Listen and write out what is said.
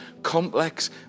complex